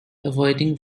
avoiding